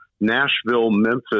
Nashville-Memphis